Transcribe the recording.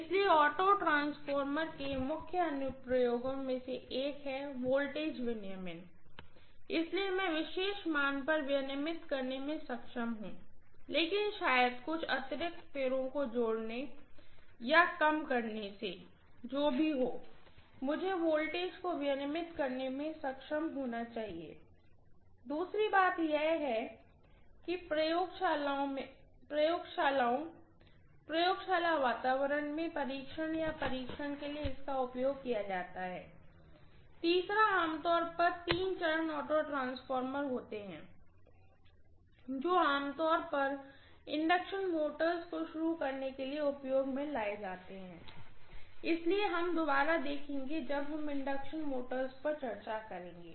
इसलिए auto transformer के प्रमुख अनुप्रयोगों में एक हैं वोल्टेज रेगुलेशन इसलिए मैं विशेष मान पर विनियमित करने में सक्षम हूँ लेकिन शायद कुछ अतिरिक्त फेरों को जोड़ने से या कम करने से जो भी हो मुझे वोल्टेज को विनियमित करने में सक्षम होना चाहिए दूसरी बात यह है कि प्रयोगशालाओं प्रयोगशाला वातावरण में परीक्षण या परीक्षण के लिए इसका उपयोग किया जाता है तीसरा आम तौर पर तीन चरण ऑटो ट्रांसफॉर्मर होते हैं जो आमतौर पर इंडक्शन मोटर्स को शुरू करने के लिए उपयोग किए जाते हैं इससे हम दोबारा देखेंगे जब हम इंडक्शन मोटर्स पर चर्चा करेंगे